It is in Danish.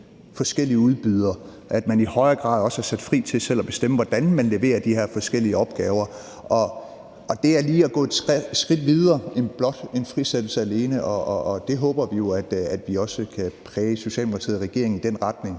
forskellige udbydere, og at man i højere grad også er sat fri til selv at bestemme, hvordan man løser de her forskellige opgaver, og det er lige at gå et skridt videre end blot en frisættelse alene. Og vi håber jo, at vi også kan præge Socialdemokratiet og regeringen i den retning.